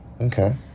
okay